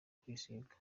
kwisiga